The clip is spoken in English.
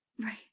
Right